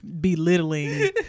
belittling